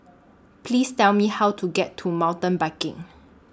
Please Tell Me How to get to Mountain Biking